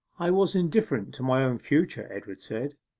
i was indifferent to my own future edward said,